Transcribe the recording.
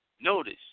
notice